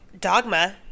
Dogma